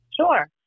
Sure